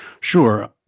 Sure